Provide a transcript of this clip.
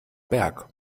berg